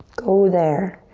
go there.